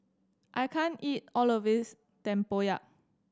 I can't eat all of this Tempoyak